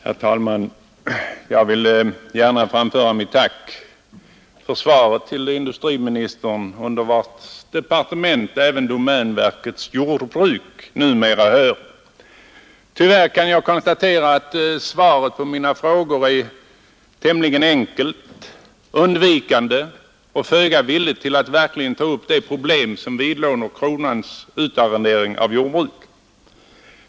Herr talman! Jag vill gärna framföra ett tack för svaret på min interpellation till industriministern, under vilkens departement numera även domänverkets jordbruk har förts in. Tyvärr kan jag konstatera att svaret på mina frågor är tämligen enkelt och undvikande och visar föga villighet att verkligen ta upp de problem som är förenade med kronans utarrendering av jordbruk.